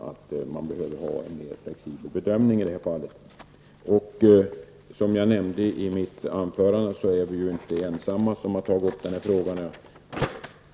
Som jag nämnde i mitt tidigare anförande är vi inte ensamma om att ta upp den här frågan.